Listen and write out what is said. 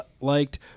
liked